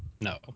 No